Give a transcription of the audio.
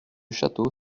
château